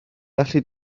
allu